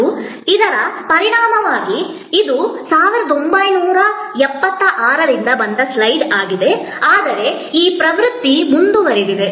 ಮತ್ತು ಇದರ ಪರಿಣಾಮವಾಗಿ ಇದು 1976 ರಿಂದ ಬಂದ ಸ್ಲೈಡ್ ಆಗಿದೆ ಆದರೆ ಈ ಪ್ರವೃತ್ತಿ ಮುಂದುವರೆದಿದೆ